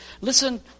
Listen